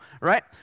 right